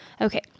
Okay